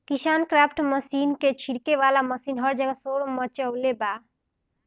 KisanKraft machine क छिड़के वाला मशीन हर जगह शोर मचवले बा